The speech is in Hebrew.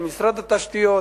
של משרד התשתיות.